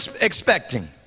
expecting